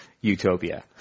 utopia